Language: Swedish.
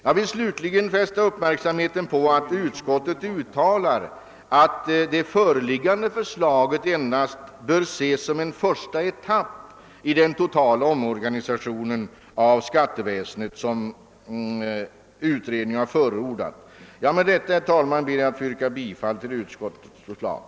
Jag vill slutligen fästa uppmärksamheten på att utskottet uttalar att det föreliggande förslaget endast bör ses som en första etapp i den totala omorganisation av skatteväsendet som utredningen har förordat. Med dessa ord, herr talman, ber jag att få yrka bifall till utskottets förslag.